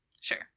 Sure